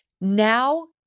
now